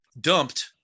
dumped